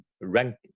rank